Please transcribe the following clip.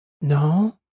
No